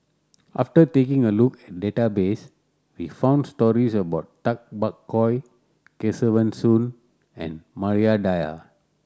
after taking a look at database we found stories about Tay Bak Koi Kesavan Soon and Maria Dyer